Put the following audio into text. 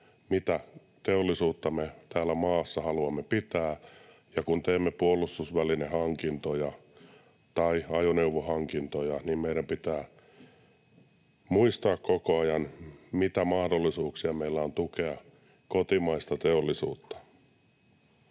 mitä teollisuutta me täällä maassa haluamme pitää, ja kun teemme puolustusvälinehankintoja tai ajoneuvohankintoja, meidän pitää muistaa koko ajan, mitä mahdollisuuksia meillä on tukea kotimaista teollisuutta.